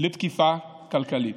לתקיפה כלכלית.